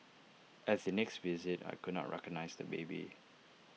at the next visit I could not recognise the baby